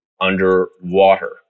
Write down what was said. underwater